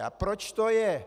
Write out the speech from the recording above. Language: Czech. A proč to je.